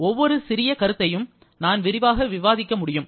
ஒவ்வொரு சிறிய கருத்தையும் நான் விரிவாக விவாதிக்க முடியும்